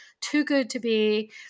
too-good-to-be